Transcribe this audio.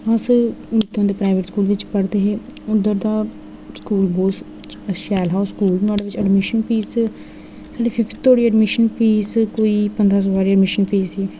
अस इत्थूं दे प्राइवेट स्कूल बिच्च पढ़दे हे उधर दा स्कूल बहोत शैल हा ओह् स्कूल नोआड़े बिच्च एडमिशन फीस फिफ्थ तोड़ी एडमिशन फीस कोई पंदरां सौ हारी एडमिशन फीस ही